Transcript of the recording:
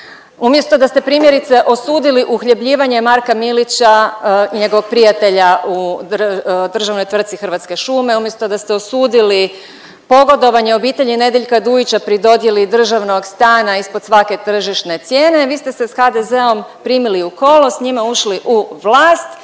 umjesto da ste primjerice osudili uhljebljivanje Marka Milića i njegovog prijatelja u državnoj tvrtci Hrvatske šume, umjesto da ste osudili pogodovanje obitelji Nedeljka Dujića pri dodjeli državnog stana ispod svake tržišne cijene, vi ste se s HDZ-om primili u kolo, s njime ušli u vlast